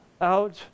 out